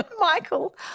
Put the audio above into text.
Michael